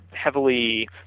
heavily